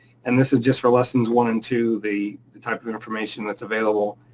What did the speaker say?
and this is just for lessons one and two, the the type of information that's available.